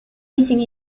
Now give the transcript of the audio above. missing